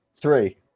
three